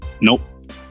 Nope